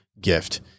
gift